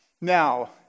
Now